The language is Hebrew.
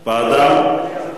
ועדה.